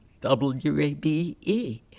WABE